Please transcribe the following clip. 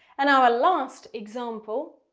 and our last example,